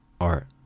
art